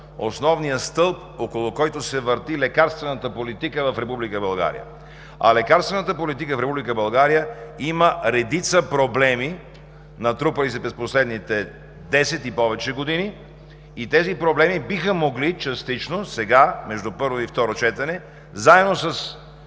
основният стълб, около който се върти лекарствената политика в Република България. А лекарствената политика в Република България има редица проблеми, натрупали се през последните 10 и повече години, и тези проблеми биха могли частично сега, между първо и второ четене, заедно с